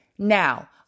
Now